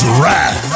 wrath